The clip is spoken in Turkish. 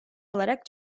olarak